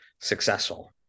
successful